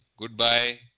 goodbye